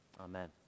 Amen